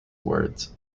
words